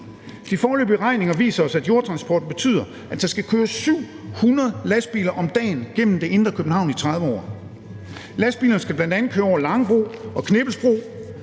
De foreløbige beregninger viser os, at jordtransporten betyder, at der skal køres 700 lastbiler om dagen gennem det indre København i 30 år. Lastbilerne skal bl.a. køre over Langebro og Knippelsbro,